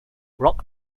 rock